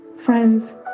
Friends